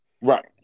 Right